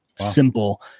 simple